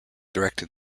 directed